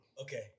Okay